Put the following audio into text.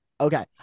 Okay